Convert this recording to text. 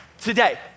today